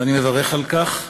ואני מברך על כך,